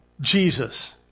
Jesus